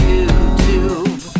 YouTube